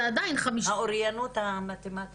זה עדיין 50%. האוריינות המתמטית שלי נשארה.